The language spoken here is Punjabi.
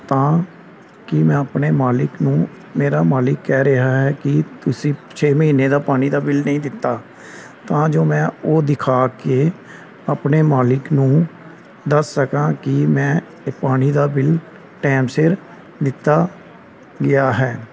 ਤਾਂ ਕਿ ਮੈਂ ਆਪਣੇ ਮਾਲਕ ਨੂੰ ਮੇਰਾ ਮਾਲਕ ਕਹਿ ਰਿਹਾ ਹੈ ਕਿ ਤੁਸੀਂ ਛੇ ਮਹੀਨੇ ਦਾ ਪਾਣੀ ਦਾ ਬਿੱਲ ਨਹੀਂ ਦਿੱਤਾ ਤਾਂ ਜੋ ਮੈਂ ਉਹ ਦਿਖਾ ਕੇ ਆਪਣੇ ਮਾਲਕ ਨੂੰ ਦੱਸ ਸਕਾਂ ਕਿ ਮੈਂ ਇਹ ਪਾਣੀ ਦਾ ਬਿੱਲ ਟਾਈਮ ਸਿਰ ਦਿੱਤਾ ਗਿਆ ਹੈ